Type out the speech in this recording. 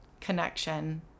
connection